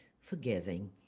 forgiving